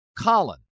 Colin